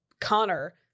Connor